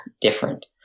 different